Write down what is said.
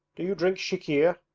do you drink chikhir